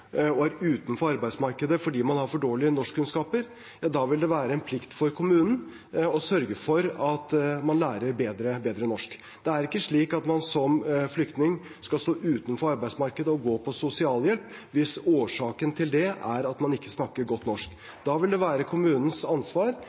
og er utenfor arbeidsmarkedet fordi man har for dårlige norskkunnskaper, vil det være en plikt for kommunen å sørge for at man lærer bedre norsk. Det er ikke slik at man som flyktning skal stå utenfor arbeidsmarkedet og gå på sosialhjelp hvis årsaken til det er at man ikke snakker godt norsk. Da vil det være kommunens ansvar